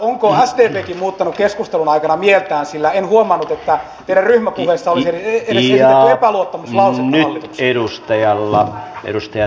onko sdpkin muuttanut keskustelun aikana mieltään sillä en huomannut että teidän ryhmäpuheessanne olisi edes esitetty epäluottamuslausetta hallitukselle